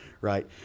right